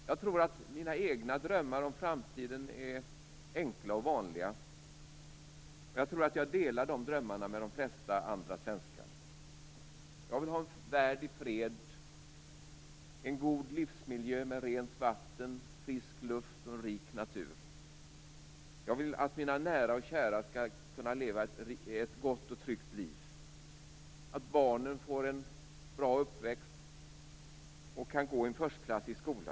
Jag tror att mina egna drömmar om framtiden är enkla och vanliga, och jag tror att jag delar de drömmarna med de flesta andra svenskar. Jag vill ha en värld i fred, en god livsmiljö med rent vatten, frisk luft och en rik natur. Jag vill att mina nära och kära skall kunna leva ett gott och tryggt liv och att barnen skall få en bra uppväxt och kan gå i en förstklassig skola.